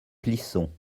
plisson